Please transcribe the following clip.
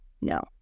no